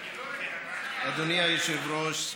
אדוני היושב-ראש,